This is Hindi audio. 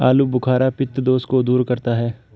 आलूबुखारा पित्त दोष को दूर करता है